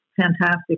fantastic